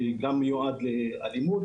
שמיועד לאלימות,